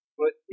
put